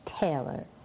Taylor